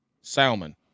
Salmon